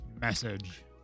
message